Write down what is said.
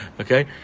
okay